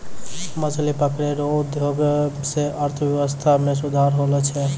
मछली पकड़ै रो उद्योग से अर्थव्यबस्था मे सुधार होलो छै